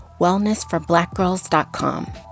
wellnessforblackgirls.com